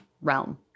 realm